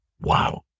Wow